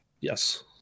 Yes